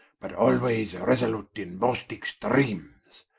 but alwayes resolute, in most extreames.